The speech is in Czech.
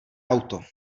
auto